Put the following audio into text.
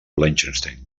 liechtenstein